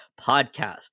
podcast